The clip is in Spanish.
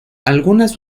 algunas